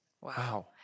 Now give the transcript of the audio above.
Wow